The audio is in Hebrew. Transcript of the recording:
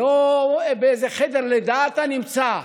ולא: באיזה חדר לידה אתה נמצא,